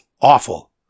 awful